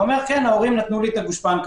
ואומר: ההורים נתנו לי את הגושפנקא.